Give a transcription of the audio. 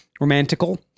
romantical